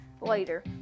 later